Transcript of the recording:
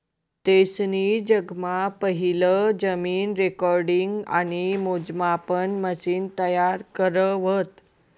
तेसनी जगमा पहिलं जमीन रेकॉर्डिंग आणि मोजमापन मशिन तयार करं व्हतं